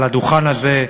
על הדוכן הזה,